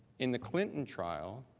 in the clinton trial,